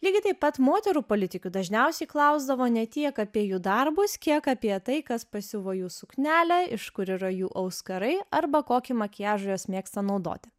lygiai taip pat moterų politikių dažniausiai klausdavo ne tiek apie jų darbus kiek apie tai kas pasiuvo jų suknelę iš kur yra jų auskarai arba kokį makiažą jos mėgsta naudoti